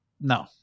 No